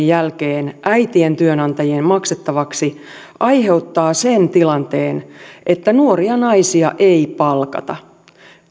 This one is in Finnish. jälkeen äitien työnantajien maksettavaksi aiheuttaa sen tilanteen että nuoria naisia ei palkata